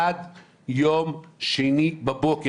עד יום שני בבוקר.